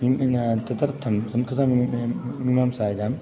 तदर्थं संस्कृत मीमांसायां